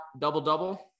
double-double